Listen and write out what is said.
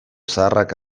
zaharrak